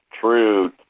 true